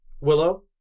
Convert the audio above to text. Willow